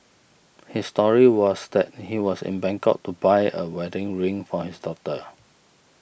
his story was that he was in Bangkok to buy a wedding ring for his daughter